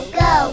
go